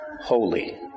holy